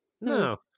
No